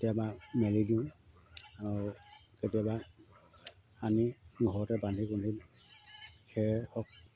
কেতিয়াবা মেলি দিওঁ আৰু কেতিয়াবা আনি ঘৰতে বান্ধি কুন্ধি খেৰ হওক